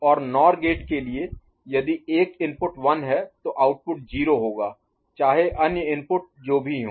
और NOR gate के लिए यदि एक इनपुट 1 है तो आउटपुट 0 होगा चाहे अन्य इनपुट जो भी हों